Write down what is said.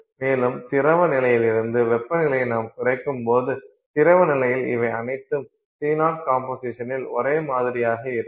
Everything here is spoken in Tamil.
மேலும் திரவ நிலையிலிருந்து வெப்பநிலையை நாம் குறைக்கும்போது திரவ நிலையில் இவை அனைத்தும் C0 கம்போசிஷனில் ஒரே மாதிரியாக இருக்கும்